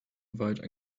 avoid